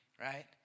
Right